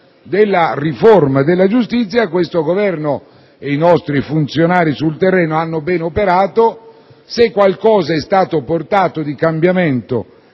della riforma della giustizia, questo Governo e i nostri funzionari sul terreno hanno ben operato, se qualche cambiamento